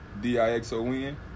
D-I-X-O-N